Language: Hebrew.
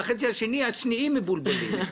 בחצי השני השניים מבולבלים.